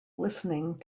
listening